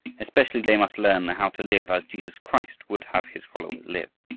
especially they must learn how to live as jesus christ would have his followers live.